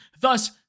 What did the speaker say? thus